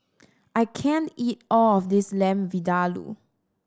I can't eat all of this Lamb Vindaloo